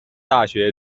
大学